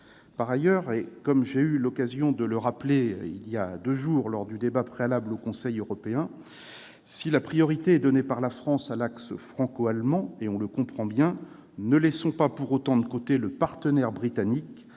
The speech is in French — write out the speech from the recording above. Par ailleurs, comme j'ai eu l'occasion de le rappeler, voilà deux jours, lors du débat préalable au Conseil européen, si la priorité est donnée par la France à l'axe franco-allemand, ce que l'on comprend bien, ne laissons pas pour autant de côté le partenaire britannique,